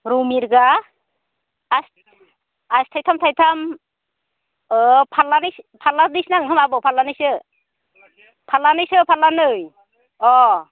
रै मिरगा आसि थाइथाम थाइथाम फारलानै फारलाब्रैसो नांगोन खोमा आबौ फारलानैसो फारलानोसो फारलानै अ